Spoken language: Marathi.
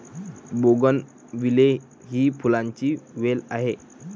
बोगनविले ही फुलांची वेल आहे